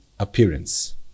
Appearance